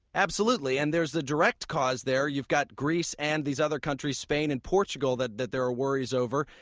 absolutely. and there's the direct cause there. you've got greece and these other countries, spain and portugal, that that there are worries over.